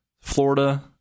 Florida